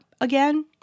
again